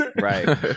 right